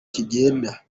kigenda